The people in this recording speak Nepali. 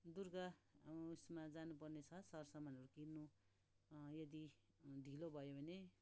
दुर्गा उसमा जानुपर्ने छ सरसामानहरू किन्नु यदि ढिलो भयो भने